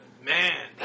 Man